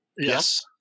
Yes